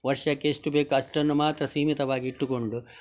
ವರ್ಷಕ್ಕೆ ಎಷ್ಟು ಬೇಕು ಅಷ್ಟನ್ನು ಮಾತ್ರ ಸೀಮಿತವಾಗಿ ಇಟ್ಟುಕೊಂಡು